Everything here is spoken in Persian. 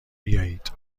بیایید